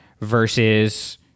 versus